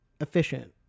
efficient